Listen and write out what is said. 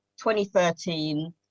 2013